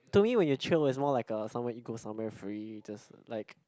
to me when you chill it's more like uh somewhere you go somewhere free just like